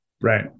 Right